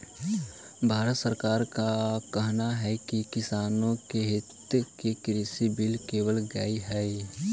भारत सरकार का कहना है कि किसानों के हित में कृषि बिल लेवल गेलई हे